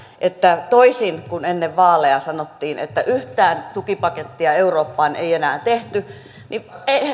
että toisin kuin ennen vaaleja sanottiin että yhtään tukipakettia eurooppaan ei enää tehdä niin